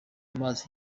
amazi